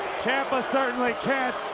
ciampa certainly can't,